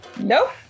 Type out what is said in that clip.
Nope